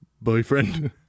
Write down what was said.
boyfriend